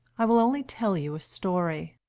i will only tell you a story.